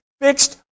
fixed